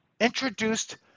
introduced